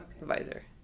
visor